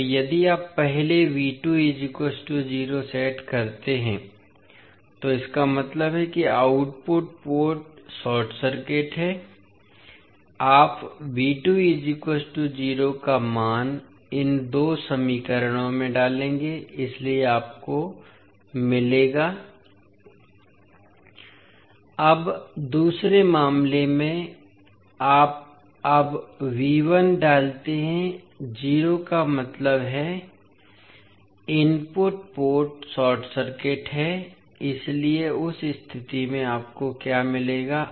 तो यदि आप पहले सेट करते हैं तो इसका मतलब है कि आउटपुट पोर्ट शॉर्ट सर्किट है आप का मान इन दो समीकरणों में डालेंगे इसलिए आपको मिलेगा अब दूसरे मामले में आप अब डालते हैं 0 का मतलब है इनपुट पोर्ट शॉर्ट सर्किट है इसलिए उस स्थिति में आपको क्या मिलेगा